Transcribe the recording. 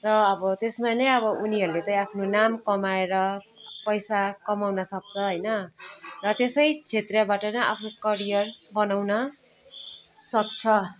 र अब त्यसमा नै अब उनीहरूले चाहिँ आफ्नो नाम कमाएर पैसा कमाउन सक्छ होइन र त्यसै क्षेत्रबाट नै आफ्नो करियर बनाउन सक्छ